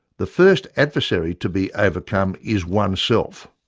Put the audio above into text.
the first adversary to be overcome is oneself.